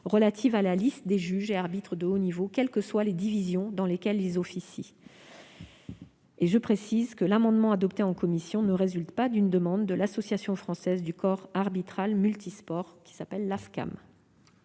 relatives à la liste des juges et arbitres de haut niveau, quelles que soient les divisions dans lesquelles ils officient. Je précise que l'amendement adopté en commission ne résulte pas d'une demande de l'Association française du corps arbitral multisports (Afcam).